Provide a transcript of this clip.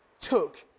took